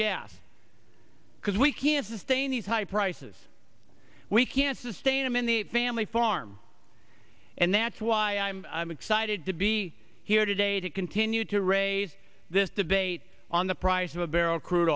gas because we can't sustain these high prices we can't sustain them in the family farm and that's why i'm excited to be here today to continue to raise this debate on the price of a barrel crude